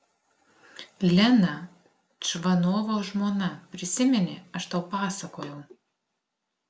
lena čvanovo žmona prisimeni aš tau pasakojau